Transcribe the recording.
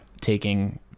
taking